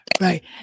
right